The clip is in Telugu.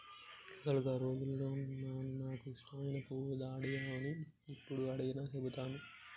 అసలు గా రోజుల్లో నాను నాకు ఇష్టమైన పువ్వు డాలియా అని యప్పుడు అడిగినా సెబుతాను